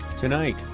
Tonight